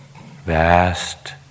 vast